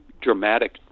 dramatic